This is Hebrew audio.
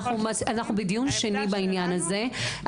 אנחנו בדיון שני בעניין הזה.